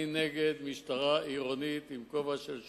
אני נגד משטרה עירונית עם כובע של שוטר.